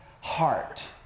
heart